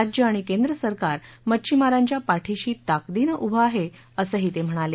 राज्य आणि केंद्र सरकार मच्छीमारांच्या पाठीशी ताकदीनं उभं आहे असंही ते म्हणाले